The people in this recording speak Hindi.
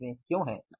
हम इसमें क्यों हैं